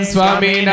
Swami